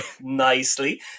nicely